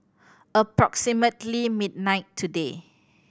approximately midnight today